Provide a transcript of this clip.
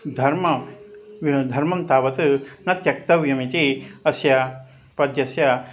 धर्मं धर्मं तावत् न त्यक्तव्यमिति अस्य पद्यस्य